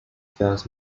first